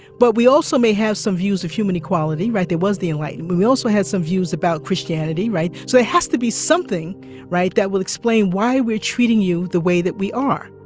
but we also may have some views of human equality, right? there was the enlightenment. we also had some views about christianity, right? so there has to be something right? that will explain why we're treating you the way that we are